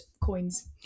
coins